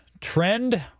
Trend